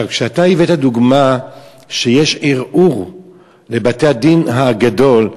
כשאתה הבאת דוגמה שיש ערעור לבית-הדין הגדול,